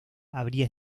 habría